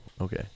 okay